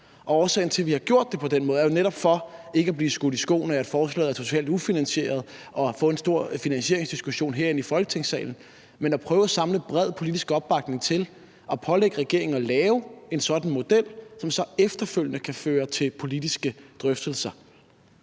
Årsagen til, at vi har gjort det på den måde, er jo netop, at vi ikke skulle blive skudt i skoene, at forslaget er totalt ufinansieret, og få en stor finansieringsdiskussion herinde i Folketingssalen, men prøve at samle en bred politisk opbakning til at pålægge regeringen at lave en sådan model, som så efterfølgende kan føre til politiske drøftelser.